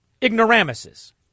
ignoramuses